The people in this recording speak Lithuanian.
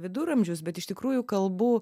viduramžius bet iš tikrųjų kalbu